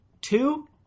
Two